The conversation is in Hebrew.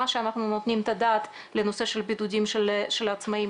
שאנחנו נותנים את הדעת לנושא של בידודים של עצמאים?